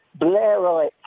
Blairite